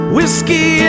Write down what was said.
Whiskey